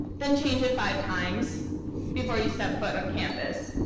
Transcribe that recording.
then change it five times before you step foot on campus,